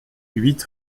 huit